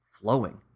flowing